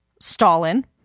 Stalin